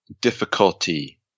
difficulty